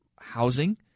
housing